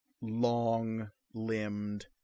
long-limbed